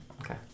Okay